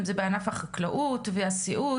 אם זה בענף החקלאות והסיעוד,